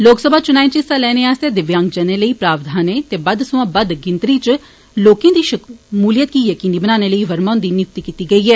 लोकसभा चुनाएं च हिस्सा लैने आस्तै दिव्यांगजनें लेई प्रावधाने ते बद्द सोयां बद्द गिनतरी च लोकें दी षमूलियत गी यकीनी बनाने लेई वर्मा हुन्दी नियुक्ति कीती गेई ऐ